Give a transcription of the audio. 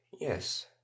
Yes